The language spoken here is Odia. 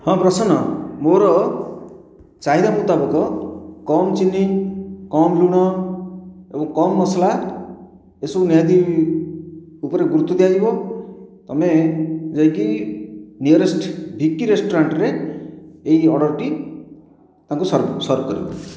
ହଁ ପ୍ରସନ୍ନ ମୋର ଚାହିଦା ମୁତାବକ କମ୍ ଚିନି କମ୍ ଲୁଣ ଏବଂ କମ୍ ମସଲା ଏହିସବୁ ନିହାତି ଉପରେ ଗୁରୁତ୍ୱ ଦିଆଯିବ ତୁମେ ଯାଇକି ନିଅରେସ୍ଟ ଭିକି ରେଷ୍ଟୁରାଣ୍ଟରେ ଏହି ଅର୍ଡ଼ରଟି ତାଙ୍କୁ ସର୍ଭ ସର୍ଭ କରିବ